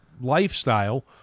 lifestyle